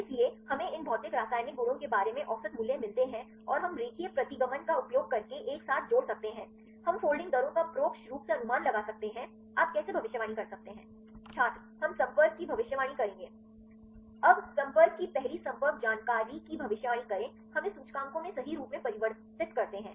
इसलिए हमें इन भौतिक रासायनिक गुणों के बारे में औसत मूल्य मिलते हैं और हम रेखीय प्रतिगमन का उपयोग करके एक साथ जोड़ सकते हैं हम फोल्डिंग दरों का परोक्ष रूप से अनुमान लगा सकते हैं आप कैसे भविष्यवाणी कर सकते हैं छात्र हम संपर्क की भविष्यवाणी करेंगे अब संपर्क की पहली संपर्क जानकारी की भविष्यवाणी करें हम इसे सूचकांकों में सही रूप में परिवर्तित करते हैं